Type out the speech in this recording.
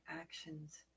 actions